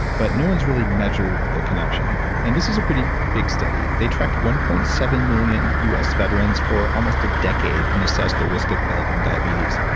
but no one's really measured the connection. and this is a pretty big study. they tracked one point seven million us veterans for almost a decade and assessed their risk at developing diabetes.